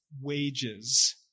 wages